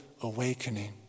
awakening